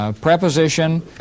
preposition